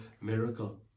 miracle